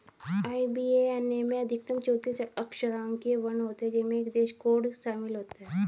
IBAN में अधिकतम चौतीस अक्षरांकीय वर्ण होते हैं जिनमें एक देश कोड शामिल होता है